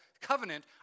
covenant